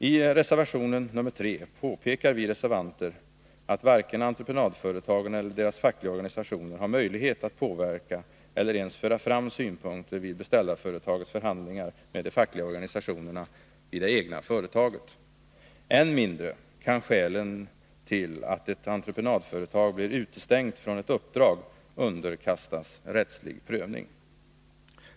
I reservation 3 påpekar vi reservanter att varken entreprenadföretagen eller deras fackliga organisationer har möjlighet att påverka eller ens föra fram synpunkter vid beställarföretagets förhandlingar med de fackliga organisationerna vid det egna företaget. Än mindre kan skälen till att ett entreprenadföretag blir utestängt från ett uppdrag underkastas rättslig prövning.